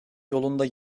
yolunda